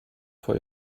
for